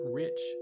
rich